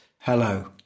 Hello